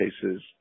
cases